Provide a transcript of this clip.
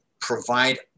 provide